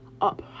up